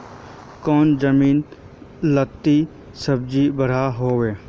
कौन जमीन लत्ती सब्जी बढ़िया हों?